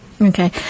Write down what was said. Okay